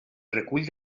recull